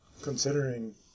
considering